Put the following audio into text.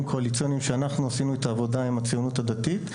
קואליציוניים שאנחנו עשינו את העבודה עם הציונות הדתית,